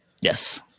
Yes